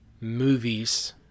movies